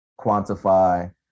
quantify